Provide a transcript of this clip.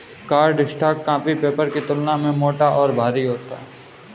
cardstock copy paper की तुलना में मोटा और भारी होता है